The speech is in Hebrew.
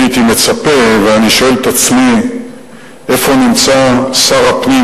אני הייתי מצפה ואני שואל את עצמי איפה נמצא שר הפנים,